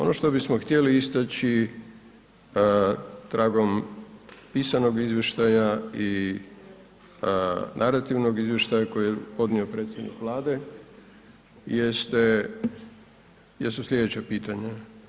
Ono što bismo htjeli istaći tragom pisanog izvještaja i naretivnog izvještaja kojeg je podnio predsjednik Vlade jesu slijedeća pitanja.